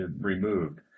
removed